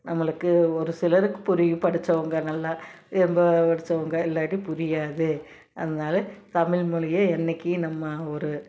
நம்மளுக்கு ஒரு சிலருக்கு புரியும் படிச்சவங்க நல்லா ரொம்ப படிச்சவங்க இல்லாட்டி புரியாது அதனால தமிழ்மொழியே இன்னைக்கி நம்ம ஒரு